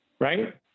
right